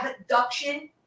abduction